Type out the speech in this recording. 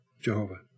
Jehovah